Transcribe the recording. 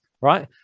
right